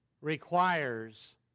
requires